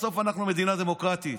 בסוף אנחנו מדינה דמוקרטית,